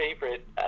favorite